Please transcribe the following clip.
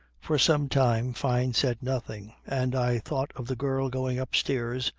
for some time fyne said nothing and i thought of the girl going upstairs,